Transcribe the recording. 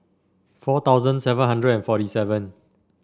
four thousand seven hundred and forty seven